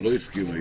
לא הסכימה.